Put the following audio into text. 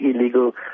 illegal